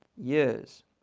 years